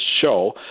show